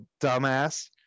dumbass